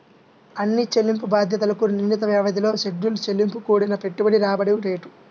అన్ని చెల్లింపు బాధ్యతలకు నిర్ణీత వ్యవధిలో షెడ్యూల్ చెల్లింపు కూడిన పెట్టుబడి రాబడి రేటు